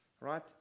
right